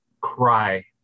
cry